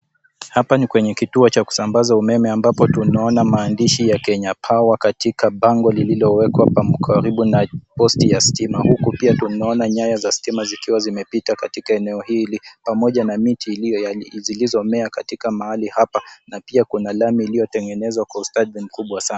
Hapa ni kwenye kituo cha kusambaza umeme ambapo tunaona maandishi ya Kenya power katika bango lililowekwa karibu na posti ya stima huku pia tunaona nyaya za stima zikiwa zimepita katika eneo hili pamoja na miti zilizomea katika mahali hapa na pia kuna lami iliyotengezwa kwa ustadi mkubwa sana.